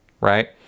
right